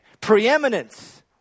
preeminence